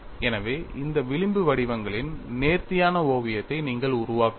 எனவே இந்த விளிம்பு வடிவங்களின் நேர்த்தியான ஓவியத்தை நீங்கள் உருவாக்க வேண்டும்